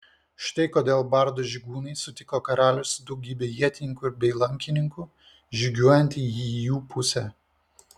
štai kodėl bardo žygūnai sutiko karalių su daugybe ietininkų bei lankininkų žygiuojantį į jų pusę